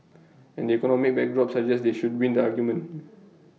and the economic backdrop suggests they should win the argument